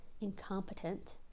incompetent